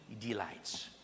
delights